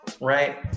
right